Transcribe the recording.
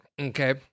Okay